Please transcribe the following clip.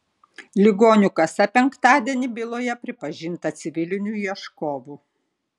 ligonių kasa penktadienį byloje pripažinta civiliniu ieškovu